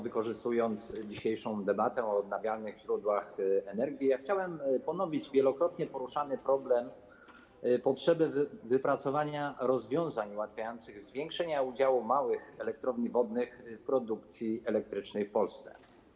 Wykorzystując dzisiejszą debatę o odnawialnych źródłach energii, chciałem ponowić wielokrotnie poruszany problem potrzeby wypracowania rozwiązań ułatwiających zwiększenie udziału małych elektrowni wodnych w produkcji energii elektrycznej w Polsce.